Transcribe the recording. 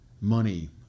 money